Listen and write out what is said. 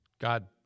God